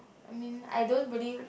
I mean I don't really